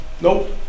Nope